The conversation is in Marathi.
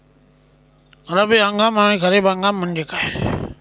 रब्बी हंगाम आणि खरीप हंगाम म्हणजे काय?